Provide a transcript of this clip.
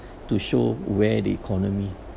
to show where the economy